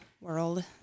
world